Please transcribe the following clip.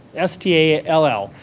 s t a l l,